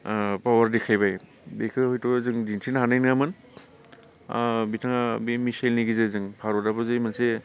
power देखायबाइ बेखौ हइट' जों दिन्थिनो हानाय नङामोन बिथाङा बे मिसेइलनि गेजेरजों भारताबो जे मोनसे